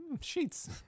Sheets